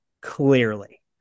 clearly